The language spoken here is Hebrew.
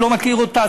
אני לא מכיר אותה,